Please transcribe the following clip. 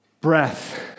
breath